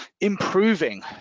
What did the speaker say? improving